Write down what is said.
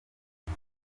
nta